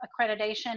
accreditation